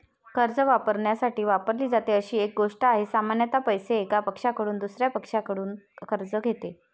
कर्ज वापरण्यासाठी वापरली जाते अशी एक गोष्ट आहे, सामान्यत पैसे, एका पक्षाकडून दुसर्या पक्षाकडून कर्ज घेते